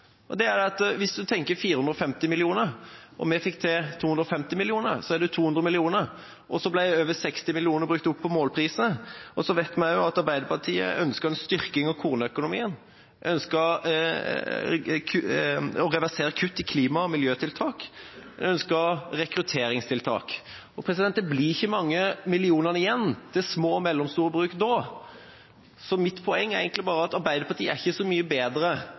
poeng, og det er at hvis man tenker 450 mill. kr, og vi fikk til 250 mill. kr, er det 200 mill. kr, og så ble over 60 mill. kr brukt opp på målpriser. Vi vet også at Arbeiderpartiet ønsker en styrking av kornøkonomien og å reversere kutt i klima- og miljøtiltak, og de ønsker rekrutteringstiltak. Det blir ikke mange millionene igjen til små og mellomstore bruk da. Så mitt poeng er egentlig bare at Arbeiderpartiet ikke er så mye bedre